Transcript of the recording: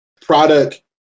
product